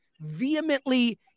vehemently